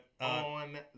on